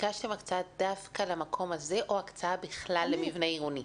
ביקשתם הקצאה דווקא למקום הזה או הקצאה בכלל למבנה עירוני?